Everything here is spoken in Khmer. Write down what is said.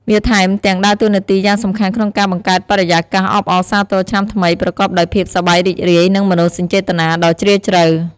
វាថែមទាំងដើរតួនាទីយ៉ាងសំខាន់ក្នុងការបង្កើតបរិយាកាសអបអរសាទរឆ្នាំថ្មីប្រកបដោយភាពសប្បាយរីករាយ និងមនោសញ្ចេតនាដ៏ជ្រាលជ្រៅ។